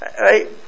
right